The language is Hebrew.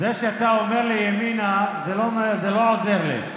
זה שאתה אומר לי ימינה, זה לא עוזר לי,